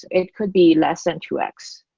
it could be less than two x.